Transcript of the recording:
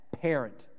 parent